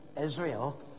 Israel